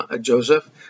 Joseph